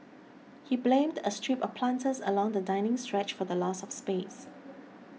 he blamed a strip of planters along the dining stretch for the loss of space